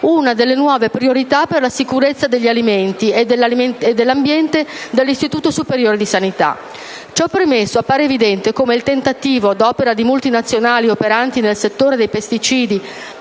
una delle nuove priorità per la sicurezza degli alimenti e dell'ambiente dall'Istituto superiore di sanità. Ciò premesso, appare evidente come il tentativo, ad opera di multinazionali operanti nel settore dei pesticidi,